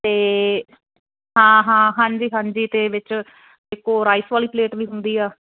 ਤੇ ਹਾਂ ਹਾਂ ਹਾਂਜੀ ਹਾਂਜੀ ਤੇ ਇਕ ਉਹ ਰਾਈਸ ਵਾਲੀ ਪਲੇਟ ਵੀ ਹੁੰਦੀ ਆ